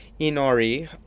Inori